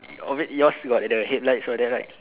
obvious yours got the head light all that right